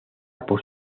por